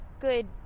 good